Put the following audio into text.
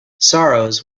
sorrows